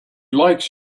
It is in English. likes